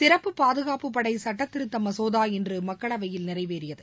சிறப்பு பாதுகாப்புப்படை சட்ட திருத்த மசோதா இன்று மக்களவையில் நிறைவேறியது